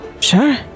sure